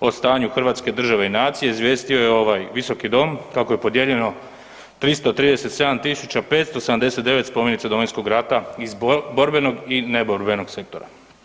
o stanju hrvatske države i nacije, izvijestio je ovaj Visoki dom kako je podijeljeno 337 579 spomenica Domovinskog rata iz borbenog i neborbenog sektora.